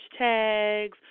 hashtags